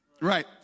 Right